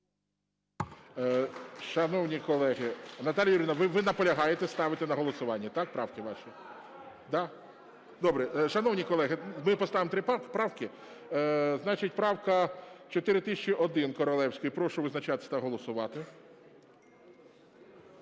Шановні колеги... Наталія Юріївна, ви наполягаєте ставити на голосування, так, правки ваші? Добре. Шановні колеги, ми поставимо три правки. Значить, правка 4001 Королевської. Прошу визначатися та голосувати.